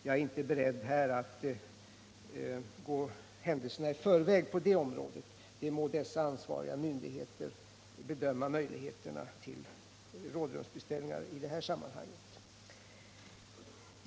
Jag är inte beredd att gå händelserna i förväg på det området, utan dessa ansvariga myndigheter må själva bedöma möjligheterna till rådrumsbeställningar.